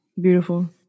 Beautiful